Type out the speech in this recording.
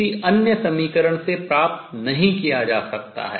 किसी अन्य समीकरण से प्राप्त नहीं किया जा सकता है